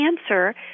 cancer